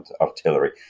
artillery